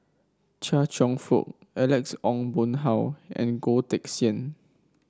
Chia Cheong Fook Alex Ong Boon Hau and Goh Teck Sian